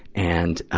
and, ah,